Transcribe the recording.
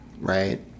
right